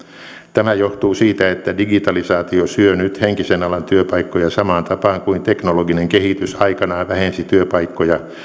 tämä johtuu siitä että digitalisaatio syö nyt henkisen alan työpaikkoja samaan tapaan kuin teknologinen kehitys aikanaan vähensi työpaikkoja